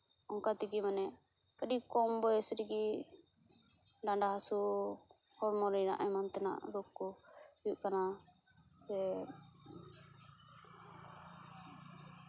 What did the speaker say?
ᱚᱱᱠᱟ ᱛᱮᱜᱮ ᱢᱟᱱᱮ ᱟᱹᱰᱤ ᱠᱚᱢ ᱵᱚᱭᱚᱥ ᱨᱮᱜᱮ ᱰᱟᱸᱰᱟ ᱦᱟᱹᱥᱩ ᱦᱚᱲᱢᱚ ᱨᱮᱱᱟᱜ ᱮᱢᱟᱱ ᱛᱮᱱᱟᱜ ᱨᱳᱜᱽ ᱠᱚ ᱦᱩᱭᱩᱜ ᱠᱟᱱᱟ ᱥᱮ